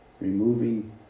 removing